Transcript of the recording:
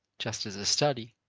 just as a study,